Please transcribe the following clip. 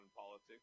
politics